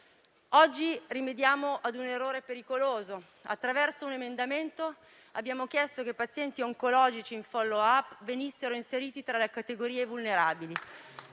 Oggi rimediamo a un errore pericoloso. Attraverso un emendamento abbiamo chiesto che pazienti oncologici in *follow up* venissero inseriti tra le categorie vulnerabili.